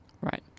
Right